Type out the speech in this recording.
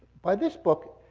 by this book,